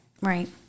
Right